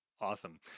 Awesome